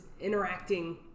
interacting